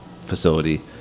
facility